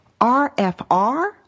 RFR